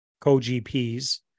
co-GPs